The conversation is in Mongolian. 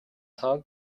хаан